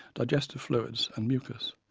digestive fluids and mucus.